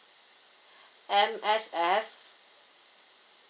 M_S_F